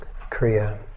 Kriya